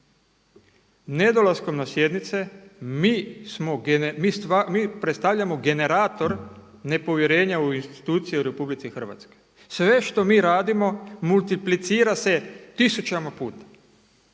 Nedolaskom na sjednice mi predstavljamo generator nepovjerenja u institucije u Republici Hrvatskoj. Sve što mi radimo multiplicira se tisućama puta.